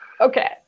Okay